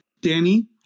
Danny